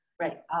Right